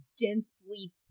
densely